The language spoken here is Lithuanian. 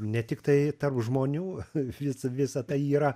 ne tiktai tarp žmonių vis visa tai yra